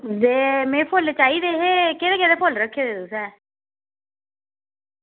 ते में फुल्ल चाहिदे हे केह्ड़े केह्ड़े फुल्ल चाहिदे तुसें